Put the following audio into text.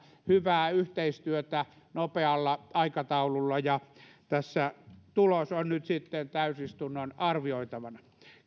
hyvää yhteistyötä nopealla aikataululla ja tässä tulos on nyt sitten täysistunnon arvioitavana